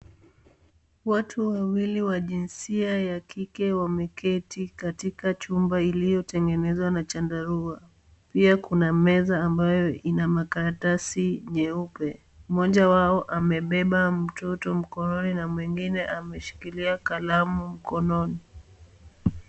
Watu wawili wa jinsia ya kike wameketi katika jumba iliyotengenezwa na chandarua. Pia kuna meza ambayo ina makaratasi nyeupe. Mmoja wao amebeba mtoto mkononi na mwingine ameshikilia kalamu mkononi.